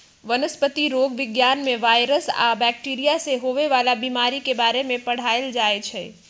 वनस्पतिरोग विज्ञान में वायरस आ बैकटीरिया से होवे वाला बीमारी के बारे में पढ़ाएल जाई छई